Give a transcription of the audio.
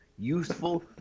Useful